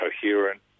coherent